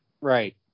right